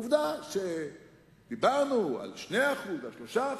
עובדה שדיברנו על 2%, על 3%,